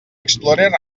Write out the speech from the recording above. explorer